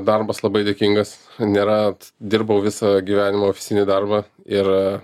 darbas labai dėkingas nėra t dirbau visą gyvenimą fizinį darbą ir